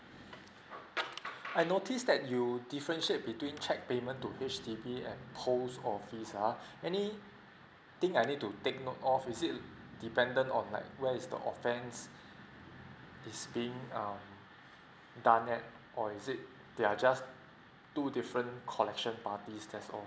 I notice that you differentiate between cheque payment to H_D_B and post office uh anything I need to take note of is it dependant on like where is the offence is being um done at or is it they are just two different collection parties that's all